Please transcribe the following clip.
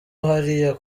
hariya